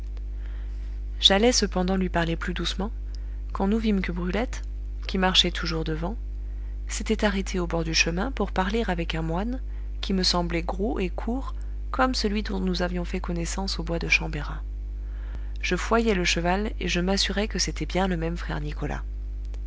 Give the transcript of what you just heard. j'allais cependant lui parler plus doucement quand nous vîmes que brulette qui marchait toujours devant s'était arrêtée au bord du chemin pour parler avec un moine qui me semblait gros et court comme celui dont nous avions fait connaissance au bois de chambérat je fouaillai le cheval et je m'assurai que c'était bien le même frère nicolas